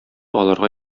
аларга